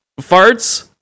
Farts